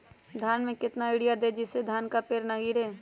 धान में कितना यूरिया दे जिससे धान का पेड़ ना गिरे?